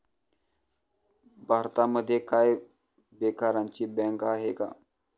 भारतामध्ये काय बेकारांची बँक आहे का?